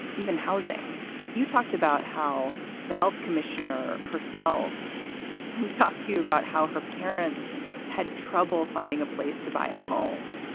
even housing you talked about how the health commissioner herself and talk to you about how her parents had trouble finding a place to buy a home.